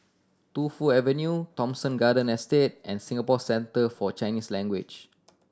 Tu Fu Avenue Thomson Garden Estate and Singapore Centre For Chinese Language